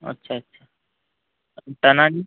अच्छा अच्छा टनानी